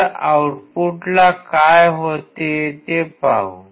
तर आऊटपुटला काय होते ते पाहू